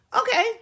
Okay